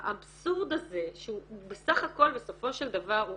האבסורד הזה שהוא בסך הכל בסופו של דבר הוא